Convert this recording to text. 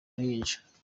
ruhinja